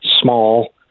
small